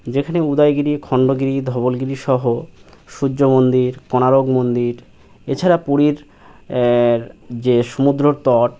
যেখানে উদয়গিরি খন্ডগিরি ধবলগিরি সহ সূর্য মন্দির কোনারক মন্দির এছাড়া পুরীর যে সমুদ্র তট